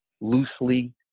loosely